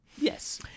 Yes